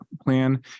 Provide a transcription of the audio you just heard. plan